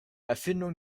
erfindung